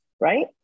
Right